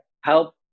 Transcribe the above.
help